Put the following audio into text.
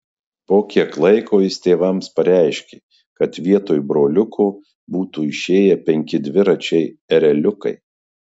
po kiek laiko jis tėvams pareiškė kad vietoj broliuko būtų išėję penki dviračiai ereliukai